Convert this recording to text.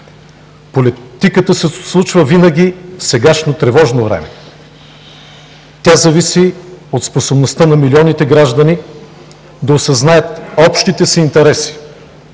Политиката се случва винаги в сегашно тревожно време. Тя зависи от способността на милионите граждани да осъзнаят общите си интереси,